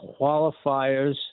qualifiers